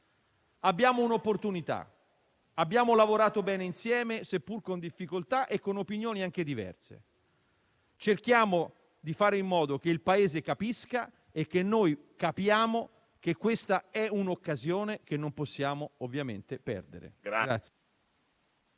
abbiamo un'opportunità; abbiamo lavorato bene insieme, seppur con difficoltà e con opinioni diverse; cerchiamo di fare in modo che il Paese capisca e che noi capiamo che questa è un'occasione che non possiamo perdere.